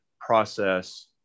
process